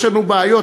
יש לנו בעיות,